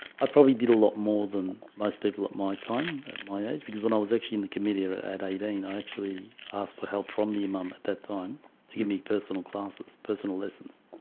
i probably did a lot more than most people at my time at my age because when i was actually in the committee era at eighteen i actually asked for help from the imam at that time to give me personal classes personal lessons